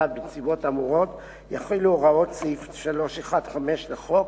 בנסיבות האמורות יחולו הוראות סעיף 315 לחוק,